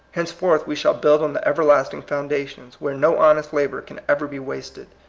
henceforth we shall build on the everlasting foundations, where no honest labor can ever be wasted.